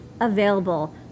available